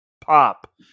pop